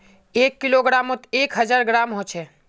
एक किलोग्रमोत एक हजार ग्राम होचे